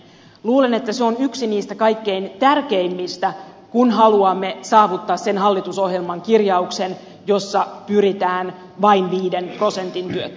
luulen että se on yksi niistä kaikkein tärkeimmistä kun haluamme saavuttaa sen hallitusohjelman kirjauksen jossa pyritään vain viiden prosentin työttömyyteen